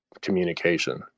communication